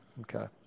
Okay